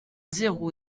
zéro